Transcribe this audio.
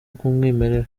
bw’umwimerere